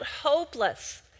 hopeless